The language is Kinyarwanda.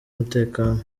umutekano